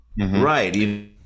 Right